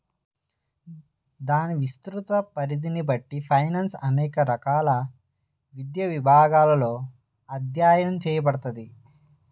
దాని విస్తృత పరిధిని బట్టి ఫైనాన్స్ అనేది రకరకాల విద్యా విభాగాలలో అధ్యయనం చేయబడతది